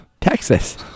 Texas